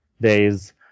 days